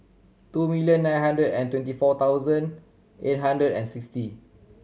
two million nine hundred and twenty four thousand eight hundred and sixty